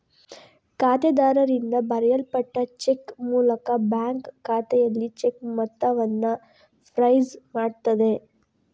ಖಾತೆದಾರರಿಂದ ಬರೆಯಲ್ಪಟ್ಟ ಚೆಕ್ ಮೂಲಕ ಬ್ಯಾಂಕು ಖಾತೆಯಲ್ಲಿ ಚೆಕ್ ಮೊತ್ತವನ್ನ ಫ್ರೀಜ್ ಮಾಡ್ತದೆ